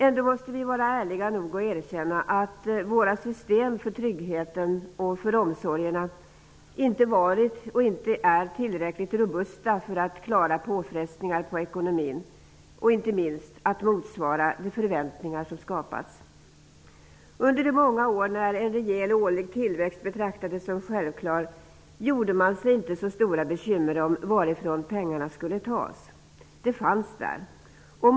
Ändå måste vi vara ärliga nog att erkänna att våra system för tryggheten och omsorgen inte varit och inte är tillräckligt robusta för att klara påfrestningar på ekonomin och inte minst att motsvara de förväntningar som skapats. Under de gångna åren när en rejäl årlig tillväxt betraktades som självklar gjorde man sig inte så stora bekymmer om varifrån pengarna skulle tas. De fanns där.